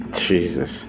Jesus